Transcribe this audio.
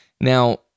Now